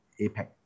APEC